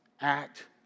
Act